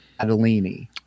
Adelini